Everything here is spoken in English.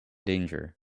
danger